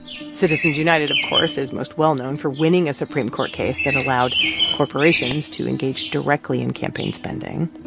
citizens united, of course, is most well known for winning a supreme court case that allowed corporations to engage directly in campaign spending